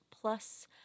plus